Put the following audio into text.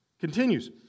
Continues